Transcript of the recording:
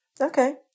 okay